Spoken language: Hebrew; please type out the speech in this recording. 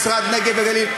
משרד הנגב והגליל,